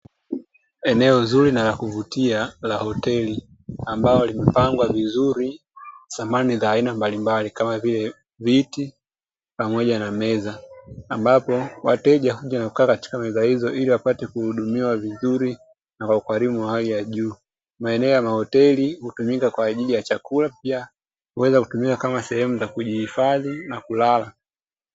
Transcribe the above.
Eneo zuri na la kuvutia la hoteli, ambalo limepangwa vizuri samani za aina mbalimbali kama vile viti pamoja na meza. Ambapo wateja huja na kukaa katika meza hizo iliapate kuhudumiwa vizuri na ukarimu wa hali ya juu. Maeneo ya hoteli hutumika kwa ajili ya chakula lakini pia huweza kutumika kama sehemu ya kujihifadhi na kulala.